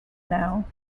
now